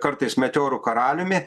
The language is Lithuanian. kartais meteorų karaliumi